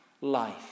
Life